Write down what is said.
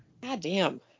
Goddamn